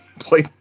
Play